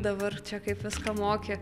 dabar čia kaip viską moki